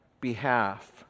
behalf